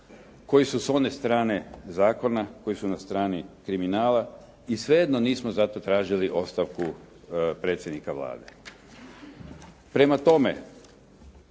koji su s one strane zakona, koji su na strani kriminala i svejedno nismo zato tražili ostavku predsjednika Vlade. Prema tome,